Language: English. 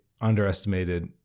underestimated